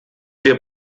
wir